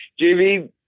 JV